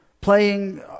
playing